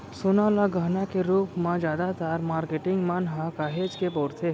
सोना ल गहना के रूप म जादातर मारकेटिंग मन ह काहेच के बउरथे